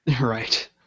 Right